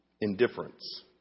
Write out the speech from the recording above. indifference